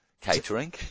Catering